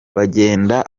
bagenda